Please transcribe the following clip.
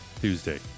Tuesday